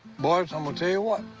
boys, i'm gonna tell you what.